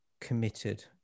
committed